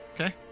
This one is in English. Okay